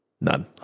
None